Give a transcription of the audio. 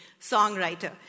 songwriter